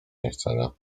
niechcenia